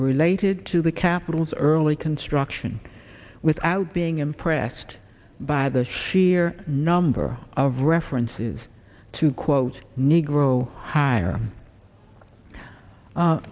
related to the capital's early construction without being impressed by the sheer number of references to quote negro hi